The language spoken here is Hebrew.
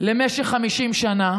למשך 50 שנה,